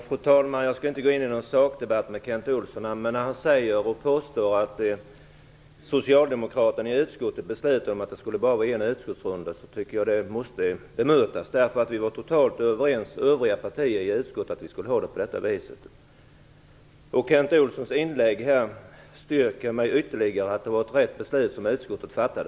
Fru talman! Jag skall inte gå in i någon sakdebatt med Kent Olsson. Men han påstår att socialdemokraterna i utskottet beslöt att det bara skulle vara en utskottsrunda. Det måste bemötas. Vi var totalt överens med övriga partier i utskottet om att vi skulle ha det på det här viset. Kent Olssons inlägg styrker mig ytterligare i att det var ett riktigt beslut som utskottet fattade.